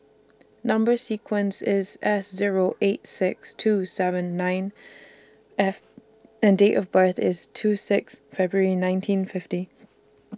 Number sequence IS S Zero eight six two seven nine F and Date of birth IS two six February nineteen fifty